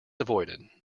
avoided